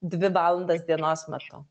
dvi valandas dienos metu